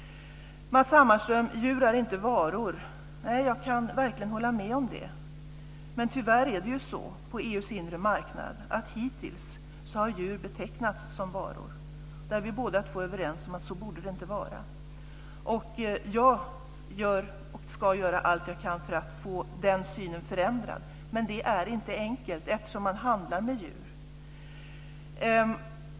Matz Hammarström, djur är inte varor. Jag kan verkligen hålla med om det. Men tyvärr är det ju så på EU:s inre marknad att hittills har djur betecknats som varor. Vi är båda två överens om att det inte borde vara så. Jag gör, och ska göra, allt jag kan för att få den synen förändrad. Men det är inte enkelt eftersom man handlar med djur.